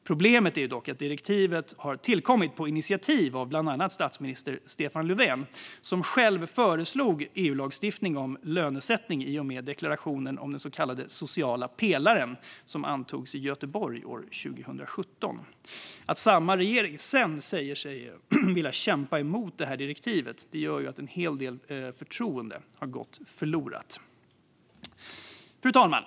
Problemet är dock att direktivet har tillkommit på initiativ av bland andra statsminister Stefan Löfven, som själv föreslog EU-lagstiftning om lönesättning i och med deklarationen om den så kallade sociala pelaren som antogs i Göteborg år 2017. Att samma regering sedan sagt sig vilja kämpa mot direktivet har gjort att en hel del förtroende gått förlorat. Fru talman!